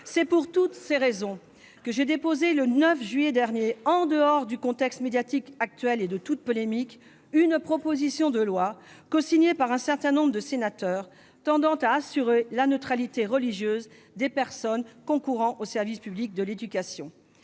des enfants. Voilà pourquoi j'ai déposé, le 9 juillet dernier, en dehors du contexte médiatique actuel et de toute polémique, une proposition de loi, cosignée par un certain nombre de nos collègues, tendant à assurer la neutralité religieuse des personnes concourant au service public de l'éducation.